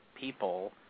people